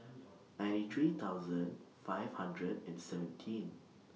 ninety three thousand five hundred and seventeen